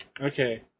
Okay